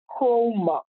chroma